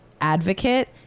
advocate